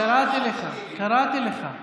קראתי לך,